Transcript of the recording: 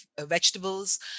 vegetables